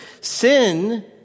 Sin